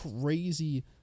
crazy